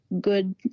Good